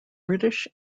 british